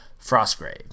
Frostgrave